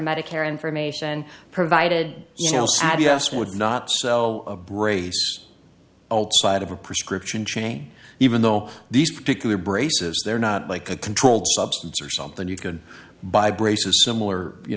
medicare information provided you know sad just would not so brave old side of a prescription chain even though these particular braces they're not like a controlled substance or something you could buy braces similar you